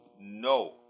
no